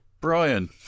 Brian